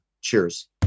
Cheers